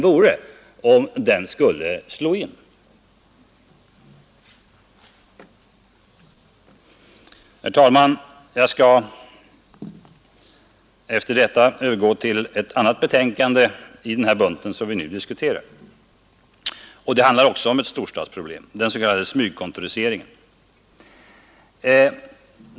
Efter detta skall jag gå över till ett annat betänkande i den bunt av betänkanden som vi nu diskuterar. Det handlar också om ett storstadsproblem, nämligen om den s.k. smygkontoriseringen.